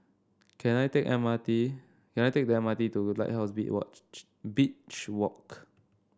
can I take a M R T can I take the M R T to Lighthouse be Beach Walk